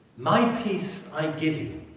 my peace i give you.